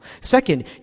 Second